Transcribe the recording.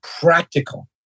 practical